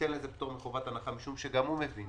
ייתן לזה פטור מחובת הנחה, משום שגם הוא מבין